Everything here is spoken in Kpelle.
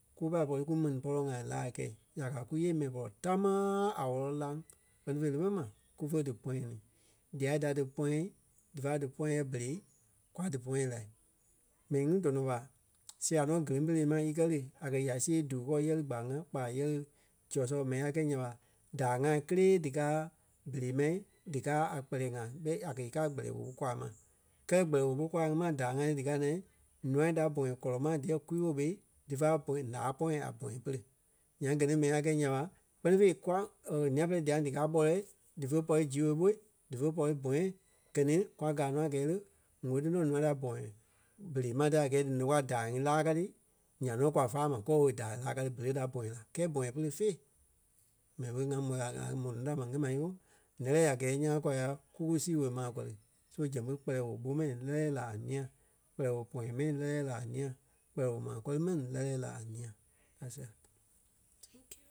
kufe pai pɔri kú mɛni pɔlɔ ŋai laa kɛi. Ya gaa kúyee mɛni pɔlɔ támaa a wɔ́lɔ laŋ. Kpɛ́ni fêi le mɛni ma kufe dí pɔ̃yɛ ni. Dîa da dí pɔ̃yɛ dífa dí pɔ̃yɛ yɛ berei kwa dí pɔ̃yɛ la. M̀ɛnii ŋi tɔnɔ ɓa sia nɔ géleŋ pere ma e kɛ lí a kɛ̀ ya siɣei Dukɔ yɛ lí Gbarnga kpaa yɛ lí Zorzor mɛni a kɛi nya ɓa daai ŋai kélee díkaa berei ma díkaa a kpɛlɛɛ ŋai ɓɛi a kɛ̀ í kaa a kpɛlɛɛ woo kwaa ma. Kɛ́lɛ kpɛlɛɛ woo ɓó kwaa ŋí ma daai ŋai ŋí díkaa naa ǹûai da bɔ̃yɛ kɔlɔ ma díyɛ kwii-woo ɓé dífa bɔ̃yɛ- láa pɔ̃yɛ a bɔ̃yɛ pere. Nyaŋ gɛ ni mɛni a kɛi nya ɓa kpɛ́ni fêi kûaŋ nîa-pɛlɛɛ diaŋ díkaa gbɔlɛɛ dífe pɔri zii woo ɓó, dífe pɔri bɔ̃yɛ gɛ ni kwaa káa nɔ a gɛɛ le, woo ti nɔ ǹûai da bɔ̃yɛ berei ma ti a gɛɛ dí nòkwa daai ŋí láa ka ti nyaŋ nɔ kwa fáa ma kɔ woo daai láa ka ti berei da bɔ̃yɛ la. Kɛɛ bɔ̃yɛ pere fêi. Mɛni ɓé ŋa môi la ŋa mò núu da ma yɛ ma yooo ǹɛ́lɛɛ a gɛɛ ńyãa kwa ya kúku sii woo ma kɔri. So zɛŋ ɓé kpɛlɛɛ woo ɓó mɛni lɛ́lɛɛ la a ńîi. Kpɛlɛɛ woo pɔ̃yɛ mɛni lɛ́lɛɛ la a ńîi. Kpɛlɛɛ woo ma kɔri mɛni lɛ́lɛɛ la a ńîa. Ka sɛɣɛ.